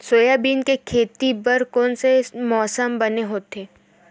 Soybean के खेती बर कोन से मौसम बने होथे?